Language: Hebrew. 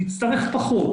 נצטרך פחות.